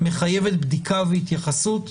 מחייבת בדיקה והתייחסות.